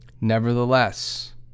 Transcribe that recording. Nevertheless